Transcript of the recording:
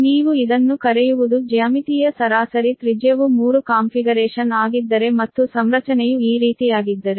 ನೀವು ಇದನ್ನು ಕರೆಯುವುದು ಜ್ಯಾಮಿತೀಯ ಸರಾಸರಿ ತ್ರಿಜ್ಯವು 3 ಕಾನ್ಫಿಗರೇಶನ್ ಆಗಿದ್ದರೆ ಮತ್ತು ಸಂರಚನೆಯು ಈ ರೀತಿಯಾಗಿದ್ದರೆ